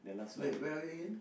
wait where are we in